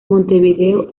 montevideo